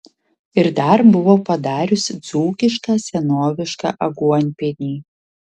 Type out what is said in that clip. ir dar buvo padarius dzūkišką senovišką aguonpienį